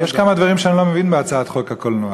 יש כמה דברים שאני לא מבין בהצעת חוק הקולנוע,